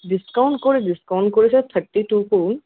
discount করে discount করে sir thirty two করুন